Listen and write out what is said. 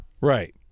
Right